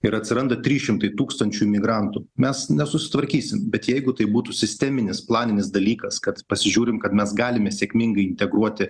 ir atsiranda trys šimtai tūkstančių migrantų mes nesusitvarkysim bet jeigu tai būtų sisteminis planinis dalykas kad pasižiūrim kad mes galime sėkmingai integruoti